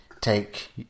take